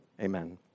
Amen